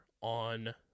on